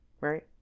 right